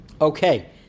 Okay